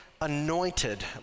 anointed